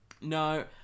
No